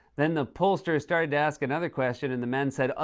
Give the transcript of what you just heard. then the pollsters started to ask another question, and the men said, ah,